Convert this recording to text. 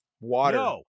water